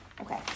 Okay